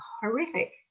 horrific